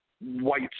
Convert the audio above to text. white